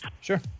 Sure